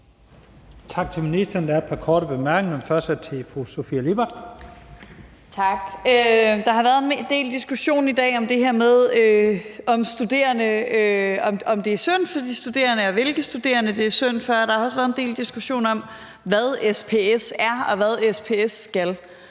der har også været en del diskussion om, hvad SPS er, og hvad SPS skal,